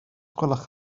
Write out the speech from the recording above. gwelwch